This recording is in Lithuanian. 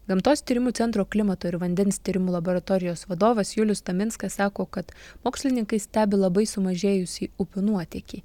gamtos tyrimų centro klimato ir vandens tyrimų laboratorijos vadovas julius taminskas sako kad mokslininkai stebi labai sumažėjusį upių nuotėkį